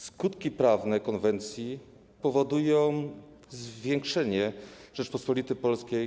Skutki prawne konwencji powodują zwiększenie w Rzeczypospolitej Polskiej.